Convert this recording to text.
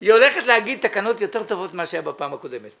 היא הולכת לדבר על תקנות יותר טובות מכפי שהיו בפעם הקודמת.